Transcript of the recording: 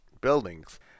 buildings